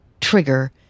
trigger